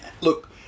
look